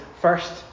first